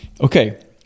Okay